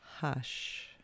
hush